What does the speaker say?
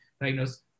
diagnose